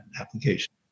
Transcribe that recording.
application